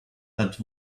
that